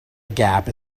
gap